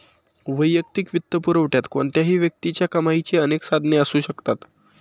वैयक्तिक वित्तपुरवठ्यात कोणत्याही व्यक्तीच्या कमाईची अनेक साधने असू शकतात